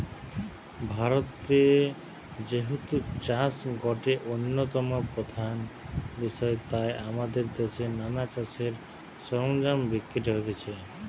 ভারতে যেহেতু চাষ গটে অন্যতম প্রধান বিষয় তাই আমদের দেশে নানা চাষের সরঞ্জাম বিক্রি হতিছে